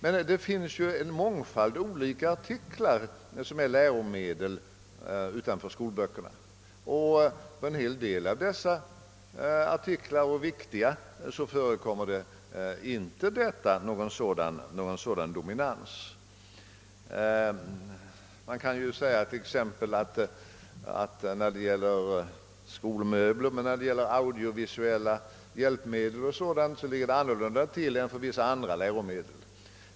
Men det finns utanför skolböckerna en mångfald läromedel. För en hel del av dessa viktiga artiklar förekommer det ingen sådan dominans. För skolmöbler och audiovisuella hjälpmedel och liknande ligger det annor lunda till än för vissa andra läromedel.